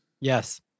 Yes